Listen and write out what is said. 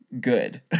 good